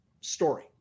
story